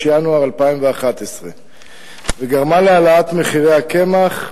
ינואר 2011 וגרמה להעלאת מחירי הקמח,